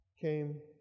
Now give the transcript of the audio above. came